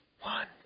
one